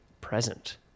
present